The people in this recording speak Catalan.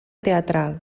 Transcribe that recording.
teatral